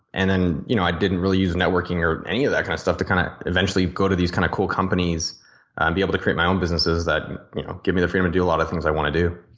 and then you know i didn't really use networking or any of that kind of stuff to kind of eventually go to these kind of cool companies and be able to create my own businesses that you know gave me the freedom to do a lot of things i wanted to do.